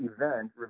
event